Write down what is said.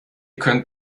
könnt